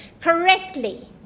correctly